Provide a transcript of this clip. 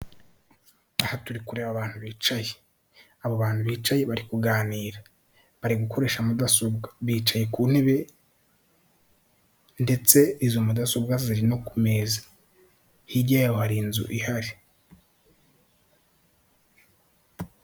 Aha turi kureba abantu bicaye. Abo bantu bicaye bari kuganira. Bari gukoresha mudasobwa. Bicaye ku ntebe, ndetse izo mudasobwa zi no ku meza. Hirya yaho hari inzu ihari.